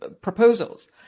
proposals